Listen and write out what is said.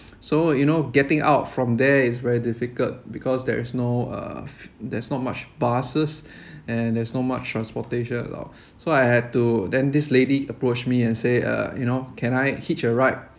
so you know getting out from there is very difficult because there's no uh there's not much buses and there's no much transportation allowed so I had to then this lady approached me and say uh you know can I hitch a ride